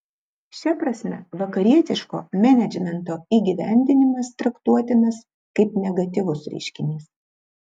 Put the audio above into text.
šia prasme vakarietiško menedžmento įgyvendinimas traktuotinas kaip negatyvus reiškinys